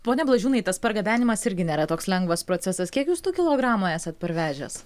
pone blažiūnai tas pargabenimas irgi nėra toks lengvas procesas kiek jūs tų kilogramų esat parvežęs